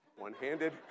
one-handed